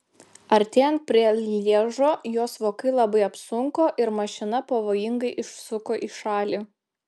artėjant prie lježo jos vokai labai apsunko ir mašina pavojingai išsuko į šalį